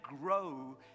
grow